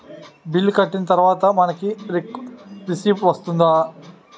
Bill కట్టిన తర్వాత మనకి రిసీప్ట్ వస్తుందా?